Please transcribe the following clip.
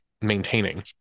maintaining